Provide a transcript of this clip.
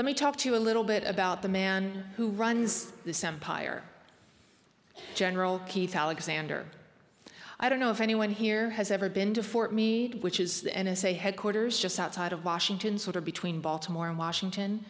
let me talk to you a little bit about the man who runs the sam pyar general keith alexander i don't know if anyone here has ever been to fort meade which is the n s a headquarters just outside of washington sort of between baltimore and washington